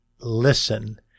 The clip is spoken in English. listen